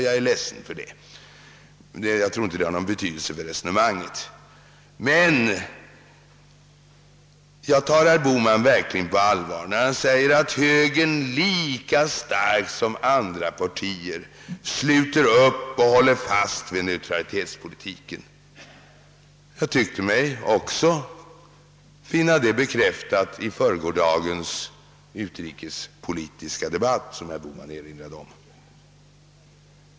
Jag är ledsen om jag gjorde det, men det har ingen betydelse för resonemanget. Jag tar herr Bohman på allvar när han säger att högern lika starkt som alla andra partier sluter upp kring och håller fast vid neutralitetspolitiken. Jag tyckte mig få det bekräftat under den utrikespolitiska debatten i förrgår, som herr Bohman erinrade om.